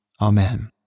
Amen